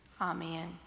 Amen